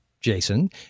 jason